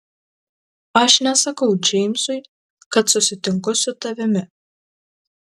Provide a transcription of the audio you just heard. aš nesakau džeimsui kad susitinku su tavimi